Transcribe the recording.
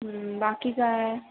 बाकी काय